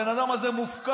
הבן אדם הזה מופקר.